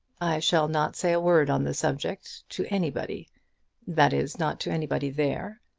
shall not say a word on the subject to anybody that is, not to anybody there.